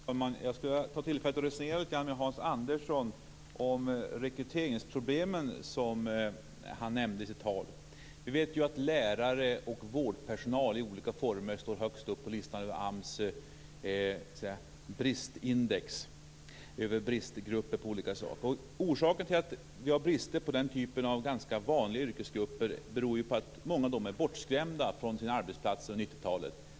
Fru talman! Jag skulle vilja ta tillfället att resonera lite grann med Hans Andersson om rekryteringsproblemen som han nämnde i sitt tal. Vi vet att lärare och vårdpersonal ligger högst när det gäller AMS bristindex, dvs. listan över yrkesgrupper där det råder brist på arbetskraft. Orsaken till att vi har brister när det gäller den typen av ganska vanliga yrkesgrupper är att många av dessa människor blev bortskrämda från sina arbetsplatser på 90-talet.